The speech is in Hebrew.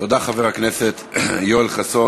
תודה, חבר הכנסת יואל חסון.